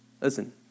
Listen